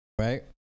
Right